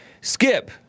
Skip